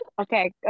Okay